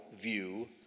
view